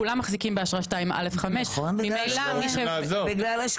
כולם מחזיקים באשרה 2א'5. בגלל השקרים.